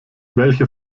welche